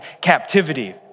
captivity